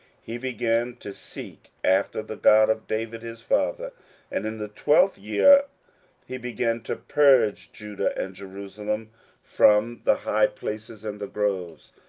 he began to seek after the god of david his father and in the twelfth year he began to purge judah and jerusalem from the high places, and the groves,